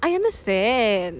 I understand